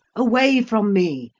away from me,